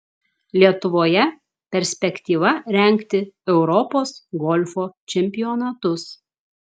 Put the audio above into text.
lietuvoje perspektyva rengti europos golfo čempionatus